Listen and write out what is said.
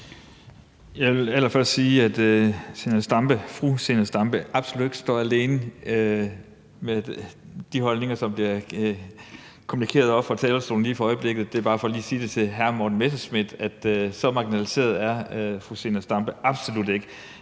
Jeg vil allerførst sige, at fru Zenia Stampe absolut ikke står alene med de holdninger, som bliver kommunikeret oppe fra talerstolen lige for øjeblikket. Det er bare lige for at sige til hr. Morten Messerschmidt, at så marginaliseret er fru Zenia Stampe absolut ikke.